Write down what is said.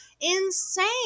insane